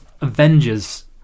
Avengers